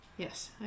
Yes